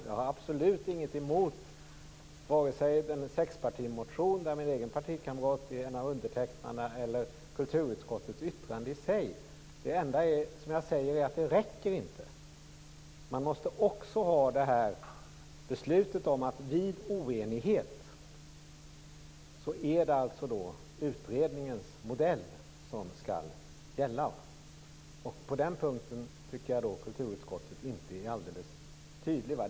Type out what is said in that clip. Jag har absolut inget emot vare sig sexpartimotionen, där min egen partikamrat är en av undertecknarna, eller kulturutskottets yttrande i sig. Men jag säger att det inte räcker. Man måste också ha beslutet om att vid oenighet är det utredningens modell som skall gälla. På den punkten tycker jag att kulturutskottet inte är riktig tydliga.